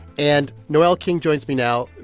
and noel king joins me now.